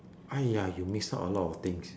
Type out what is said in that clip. !aiya! you miss out a lot of things